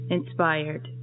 Inspired